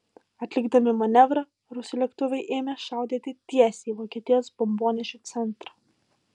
atlikdami manevrą rusų lėktuvai ėmė šaudyti tiesiai į vokietijos bombonešių centrą